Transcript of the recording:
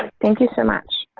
um thank you so much.